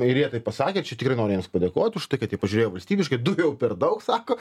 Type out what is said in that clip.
ir jie tai pasakė čia tikrai noriu jiems padėkot už tai kad jie pažiūrėjo valstybiškai du jau per daug sako